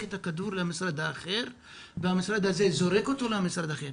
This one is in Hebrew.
את הכדור למשרד האחר והמשרד הזה זורק אותו למשרד אחר.